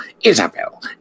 Isabel